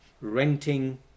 renting